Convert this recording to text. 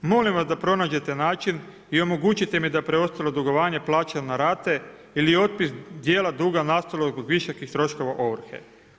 Molim vas da pronađete način i omogućite mi da preostalo dugovanje plaćam na rate ili otpis dijela duga nastalog zbog visokih troškova ovrhe.